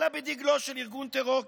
אלא בדגלו של ארגון טרור כביכול.